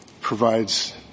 provides